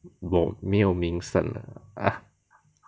我没有名分